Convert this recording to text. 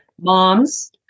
moms